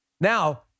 Now